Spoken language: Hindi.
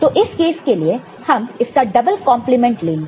तो इस केस के लिए हम इसका डबल कॉन्प्लीमेंट लेंगे